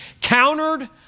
countered